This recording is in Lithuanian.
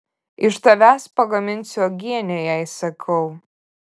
iš tavęs pagaminsiu uogienę jai sakau